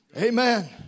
Amen